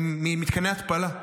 הם ממתקני התפלה.